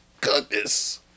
goodness